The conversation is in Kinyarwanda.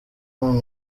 cumi